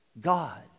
God